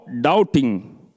doubting